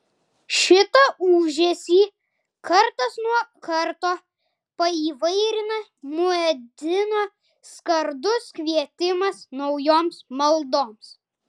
šitą ūžesį kartas nuo karto paįvairina muedzino skardus kvietimas naujoms maldoms